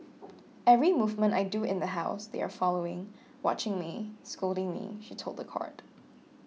every movement I do in the house they are following watching me scolding me she told the court